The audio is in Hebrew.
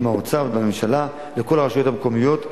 עם האוצר והממשלה לכל הרשויות המקומיות,